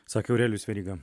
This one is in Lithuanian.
sakė aurelijus veryga